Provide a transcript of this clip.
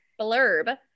blurb